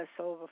over